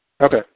Okay